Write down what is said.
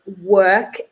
work